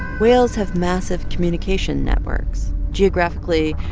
whales have massive communication networks geographically,